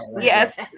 yes